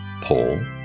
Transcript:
Paul